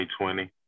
2020